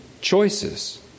choices